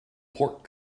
pork